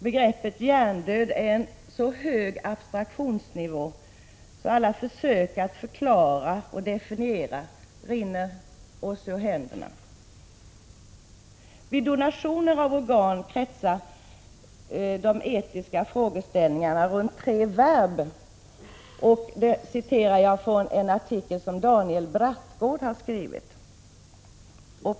Begreppet hjärndöd har en så hög abstraktionsnivå att alla försök att förklara och definiera rinner oss ur händerna. Vid donationer av organ kretsar de etiska frågeställningarna runt tre verb — det citerar jag från en artikel som Daniel Brattgård har skrivit.